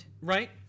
Right